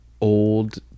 old